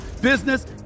business